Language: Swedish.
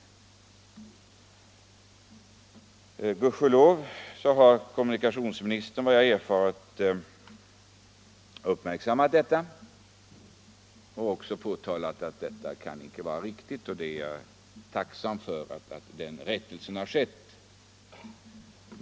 Gudskelov har kommunikationsministern enligt vad jag erfarit uppmärksammat detta och uttalat att det kan inte vara riktigt. Jag är tacksam för den rättelsen.